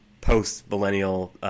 post-millennial